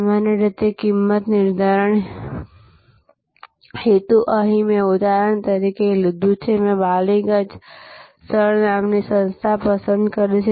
સામાન્ય રીતે કિંમત નિર્ધારણ હેતુ અહીં મેં ઉદાહરણ તરીકે લીધું છે મેં બાલીગંજ સ્થળ નામની સંસ્થા પસંદ કરી છે